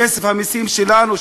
כסף המסים שלנו,